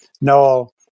Noel